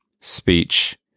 speech